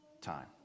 time